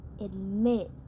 admit